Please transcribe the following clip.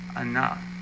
enough